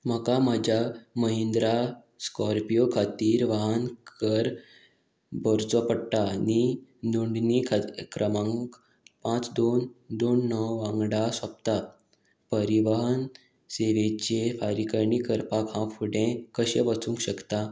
म्हाका म्हज्या महिंद्रा स्कॉर्पियो खातीर वाहन कर भरचो पडटा आनी नोंदणी खातीर क्रमांक पांच दोन दोन णव वांगडा सोंपता परिवाहन सेवेचे फारीकरणी करपाक हांव फुडें कशें वचूंक शकता